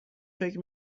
فکر